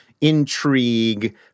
intrigue